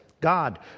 God